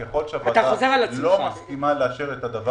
ככל שהוועדה לא מסכימה לאשר את הדבר